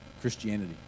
Christianity